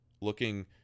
looking